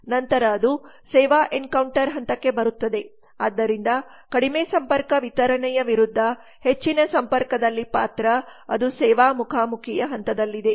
ನಂತರ ಅದು ಸೇವಾ ಎನ್ಕೌಂಟರ್ ಹಂತಕ್ಕೆ ಬರುತ್ತದೆ ಆದ್ದರಿಂದ ಕಡಿಮೆ ಸಂಪರ್ಕ ವಿತರಣೆಯ ವಿರುದ್ಧ ಹೆಚ್ಚಿನ ಸಂಪರ್ಕದಲ್ಲಿ ಪಾತ್ರ ಅದು ಸೇವಾ ಮುಖಾಮುಖಿಯ ಹಂತದಲ್ಲಿದೆ